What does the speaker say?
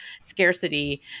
scarcity